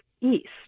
east